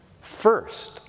first